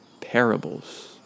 parables